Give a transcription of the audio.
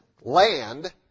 land